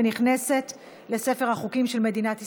ונכנסת לספר החוקים של מדינת ישראל.